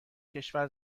کشور